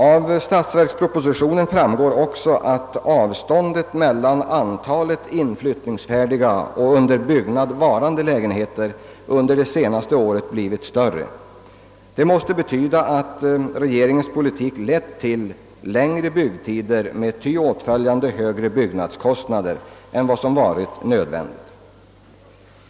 Av statsverkspropositionen framgår också att avståndet mellan antalet inflyttningsfärdiga och under byggnad varande lägenheter under de senaste åren blivit större. Det måste betyda att regeringspolitiken lett till längre byggtider med ty åtföljande högre byggnadskostnader än vad som varit nödvändigt.